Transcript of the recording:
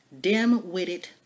dim-witted